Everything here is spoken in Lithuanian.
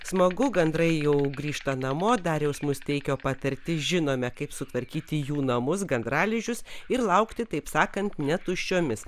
smagu gandrai jau grįžta namo dariaus musteikio patarti žinome kaip sutvarkyti jų namus gandralizdžius ir laukti taip sakant ne tuščiomis